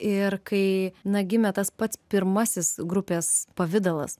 ir kai na gimė tas pats pirmasis grupės pavidalas